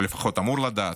או לפחות אמור לדעת,